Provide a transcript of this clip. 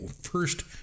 first